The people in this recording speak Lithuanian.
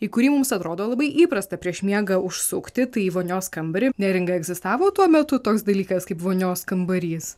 į kurį mums atrodo labai įprasta prieš miegą užsukti tai į vonios kambarį neringa egzistavo tuo metu toks dalykas kaip vonios kambarys